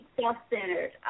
self-centered